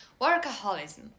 workaholism